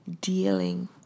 dealing